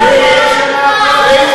אני בעד